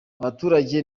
abaturage